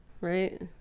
Right